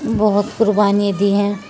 بہت قربانی دی ہیں